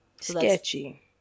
Sketchy